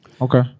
Okay